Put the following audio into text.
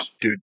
dude